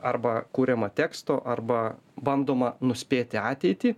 arba kuriama tekstu arba bandoma nuspėti ateitį